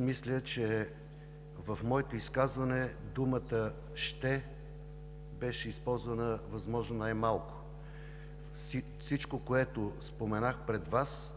мисля, че в моето изказване думата „ще“ беше използвана възможно най-малко. Всичко, което споменах пред Вас,